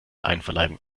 einverleiben